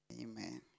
Amen